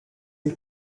and